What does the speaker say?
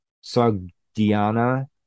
Sogdiana